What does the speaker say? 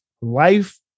Life